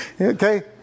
Okay